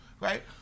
right